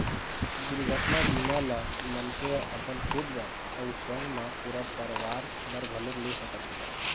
दुरघटना बीमा ल मनखे ह अपन खुद बर अउ संग मा पूरा परवार बर घलोक ले सकत हे